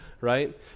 Right